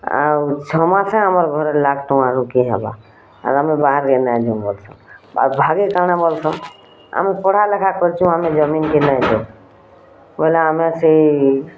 ଆଉ ଛଅ ମାସେ ଆମର ଘରେ ଲାଗ୍ଠୁଁ ରୋକି ହବଁ ଆଉ ଆମେ ବାହାର କେ ନାଇ ଯିବୁ ପଛେ ଆଉ ଭାଗେ କାଣା ବୋଲୁଛନ୍ ଆମେ ପଢ଼ା ଲେଖା କରିଛୁଁ ଆମେ ଜମିନ୍ କେ ନାଇଁ ବୋଲେଁ ଆମେ ସେଇ